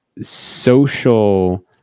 social